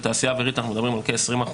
בתעשייה האווירית אנחנו מדברים על כ-20%.